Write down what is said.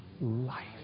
life